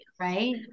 Right